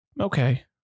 Okay